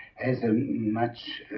has ah much